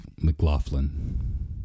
McLaughlin